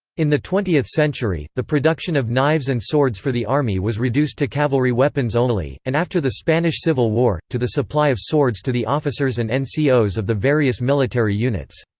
in the twentieth century, the production of knives and swords for the army was reduced to cavalry weapons only, and after the spanish civil war, to the supply of swords to the officers and and so ncos of the various military units.